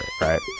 right